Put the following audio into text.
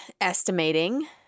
Estimating